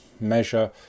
measure